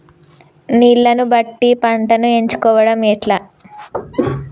నీళ్లని బట్టి పంటను ఎంచుకోవడం ఎట్లా?